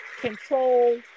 control